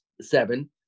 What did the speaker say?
seven